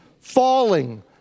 falling